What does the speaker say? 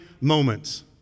moments